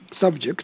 subject